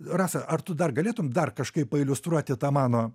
rasa ar tu dar galėtum dar kažkaip pailiustruoti tą mano